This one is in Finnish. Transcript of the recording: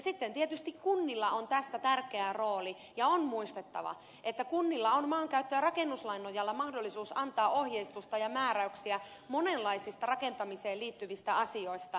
sitten tietysti kunnilla on tässä tärkeä rooli ja on muistettava että kunnilla on maankäyttö ja rakennuslain nojalla mahdollisuus antaa ohjeistusta ja määräyksiä monenlaisista rakentamiseen liittyvistä asioista